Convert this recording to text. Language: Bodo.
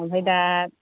ओमफ्राय दा